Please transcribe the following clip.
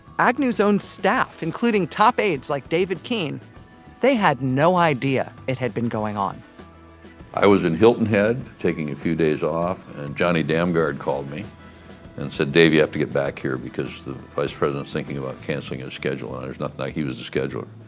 agnew's own staff including top aides like david keene they had no idea it had been going on i was in hilton head taking a few days off. and johnny damgard called me and he said, dave, you have to get back here because the vice president is thinking about canceling his schedule and there's nothing i and he was the scheduler.